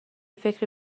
فکری